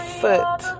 foot